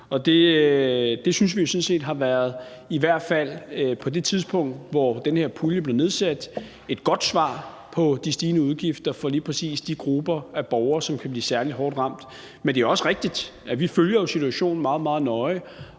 jo sådan set har været, i hvert fald på det tidspunkt, hvor den her pulje blev aftalt, et godt svar på de stigende udgifter for lige præcis de grupper af borgere, som kan blive særlig hårdt ramt. Men det er også rigtigt, at vi følger situationen meget, meget